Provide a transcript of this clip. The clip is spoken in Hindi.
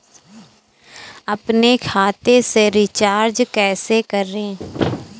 अपने खाते से रिचार्ज कैसे करें?